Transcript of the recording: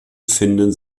finden